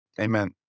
Amen